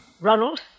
Ronald